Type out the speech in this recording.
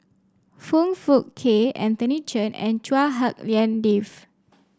Foong Fook Kay Anthony Chen and Chua Hak Lien Dave